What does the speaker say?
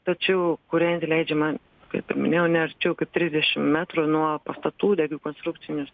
tačiau kūrenti leidžiama kaip ir minėjau ne arčiau kaip trisdešim metrų nuo pastatų degių konstrukcinius